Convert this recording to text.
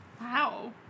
Wow